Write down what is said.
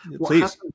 Please